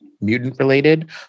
mutant-related